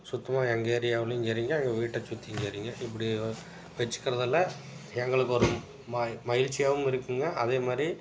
சுத்தமாக எங்கள் ஏரியாவுலேயும் சரிங்க எங்கள் வீட்டைச் சுற்றியும் சரிங்க இப்படி வ வச்சுக்கறதால எங்களுக்கு ஒரு மை மகிழ்ச்சியாவும் இருக்குங்க அதே மாதிரி